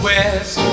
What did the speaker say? West